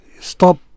Stop